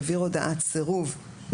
(ג) לגבי מעסיק שהעביר הודעת סירוב לאחר